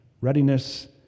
Readiness